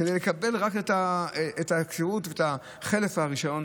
כדי לקבל רק את הכשירות ואת חלף הרישיון,